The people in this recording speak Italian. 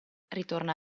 ritorna